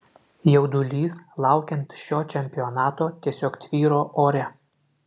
jaudulys laukiant šio čempionato tiesiog tvyro ore